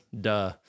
Duh